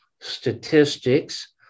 statistics